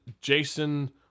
jason